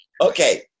Okay